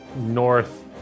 north